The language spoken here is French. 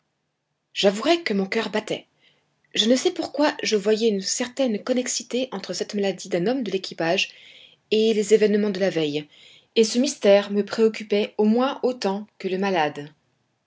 j'avouerai que mon coeur battait je ne sais pourquoi je voyais une certaine connexité entre cette maladie d'un homme de l'équipage et les événements de la veille et ce mystère me préoccupait au moins autant que le malade